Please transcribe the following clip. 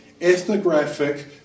ethnographic